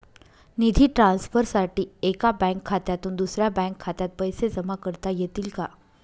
निधी ट्रान्सफरसाठी एका बँक खात्यातून दुसऱ्या बँक खात्यात पैसे जमा करता येतील का?